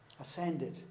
ascended